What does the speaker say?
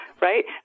right